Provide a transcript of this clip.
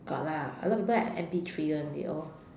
got lah a lot of people have M_P three [one] they all